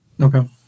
Okay